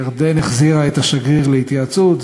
ירדן החזירה את השגריר להתייעצות.